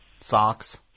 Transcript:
Socks